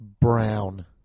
Brown